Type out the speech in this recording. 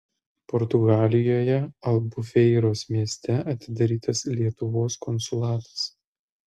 portugalijoje albufeiros mieste atidarytas lietuvos konsulatas